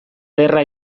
ederra